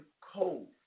cold